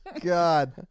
God